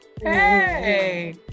Hey